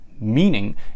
meaning